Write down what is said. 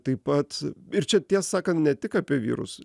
taip pat ir čia tiesą sakant ne tik apie vyrus